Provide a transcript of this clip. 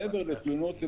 מעבר לתלונות,